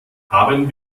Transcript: haben